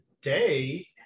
today